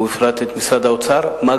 ואת משרד האוצר בפרט,